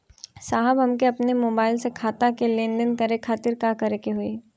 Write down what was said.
साहब हमके अपने मोबाइल से खाता के लेनदेन करे खातिर का करे के होई?